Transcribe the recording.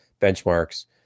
benchmarks